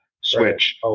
switch